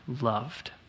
loved